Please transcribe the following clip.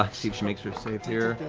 ah see if makes her save here